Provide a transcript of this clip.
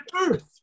Earth